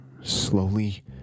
slowly